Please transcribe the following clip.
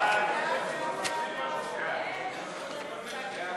ההסתייגויות לסעיף 70, שיכון,